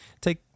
Take